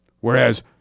Whereas